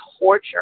torture